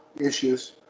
issues